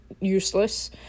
useless